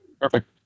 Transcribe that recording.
Perfect